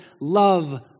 love